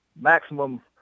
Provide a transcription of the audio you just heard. maximum